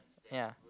ya